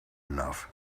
enough